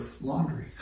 laundry